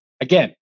Again